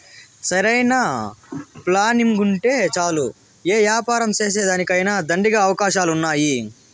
సరైన ప్లానింగుంటే చాలు యే యాపారం సేసేదానికైనా దండిగా అవకాశాలున్నాయి